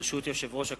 ברשות יושב-ראש הכנסת,